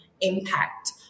impact